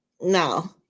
No